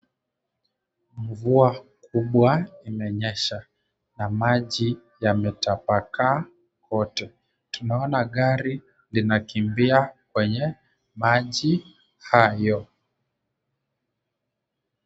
Mvua kubwa imenyesha na maji yametapakaa kote. Tunaona gari linakimbia kwenye maji hayo.